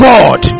God